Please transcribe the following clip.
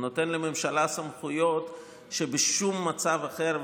הוא נותן לממשלה סמכויות שבשום מצב אחר,